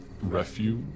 refuge